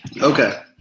Okay